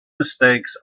mistakes